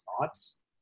thoughts